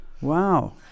Wow